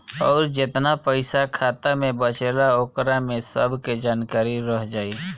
अउर जेतना पइसा खाता मे बचेला ओकरा में सब के जानकारी रह जाइ